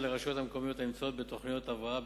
לרשויות המקומיות הנמצאות בתוכניות הבראה,